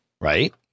Right